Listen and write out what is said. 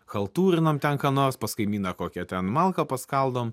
chaltūrinam ten ką nors pas kaimyną kokią ten malką paskaldom